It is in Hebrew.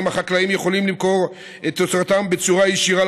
שבהם החקלאים יכולים למכור את תוצרתם בצורה ישירה